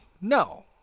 no